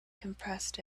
compressed